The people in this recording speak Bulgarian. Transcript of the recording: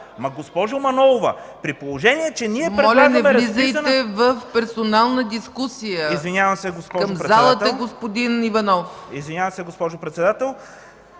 Моля, не влизайте в персонална дискусия! Към залата, господин Иванов.